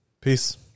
Peace